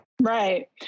Right